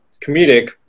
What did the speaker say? comedic